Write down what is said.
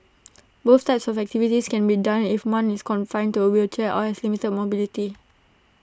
both types of activities can be done even if one is confined to A wheelchair or has limited mobility